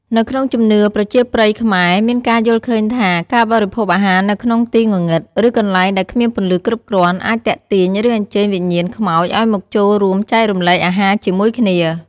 នៅក្នុងជំនឿប្រជាប្រិយខ្មែរ មានការយល់ឃើញថា ការបរិភោគអាហារនៅក្នុងទីងងឹត ឬកន្លែងដែលគ្មានពន្លឺគ្រប់គ្រាន់ អាចទាក់ទាញ ឬអញ្ជើញវិញ្ញាណខ្មោចឲ្យមកចូលរួមចែករំលែកអាហារជាមួយគ្នា។